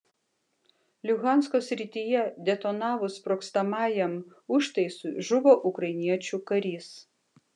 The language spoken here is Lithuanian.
luhansko srityje detonavus sprogstamajam užtaisui žuvo ukrainiečių karys